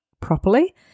properly